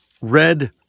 Red